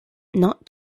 not